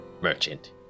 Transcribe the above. merchant